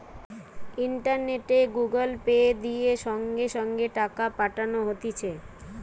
ইন্টারনেটে Google Pay, দিয়ে সঙ্গে সঙ্গে টাকা পাঠানো হতিছে